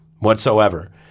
Whatsoever